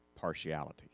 partiality